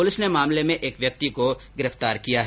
police ने मामले में एक व्यक्ति को गिरफ्तार किका है